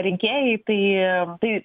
rinkėjai tai